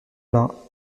bains